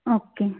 okay